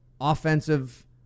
offensive